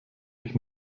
ich